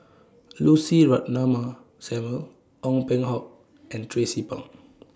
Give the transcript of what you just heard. Lucy Ratnammah Samuel Ong Peng Hock and Tracie Pang